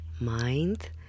mind